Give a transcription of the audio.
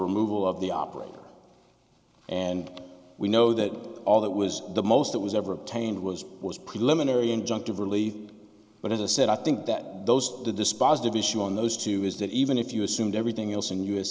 removal of the operator and we know that all that was the most that was ever obtained was was preliminary injunctive relief but as i said i think that those the dispositive issue on those two is that even if you assumed everything else in u